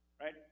right